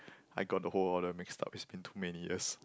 I got the whole order mixed up it's been too many years